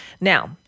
Now